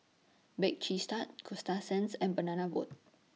Bake Cheese Tart Coasta Sands and Banana Boat